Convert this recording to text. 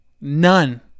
none